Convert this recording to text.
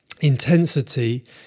intensity